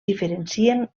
diferencien